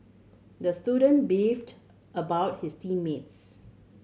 the student beefed about his team mates